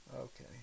Okay